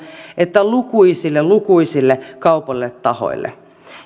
että lukuisille lukuisille kaupallisille tahoille